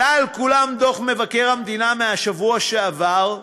עלה על כולם דוח מבקר המדינה מהשבוע שעבר,